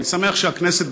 אני שמח שהכנסת,